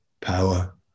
power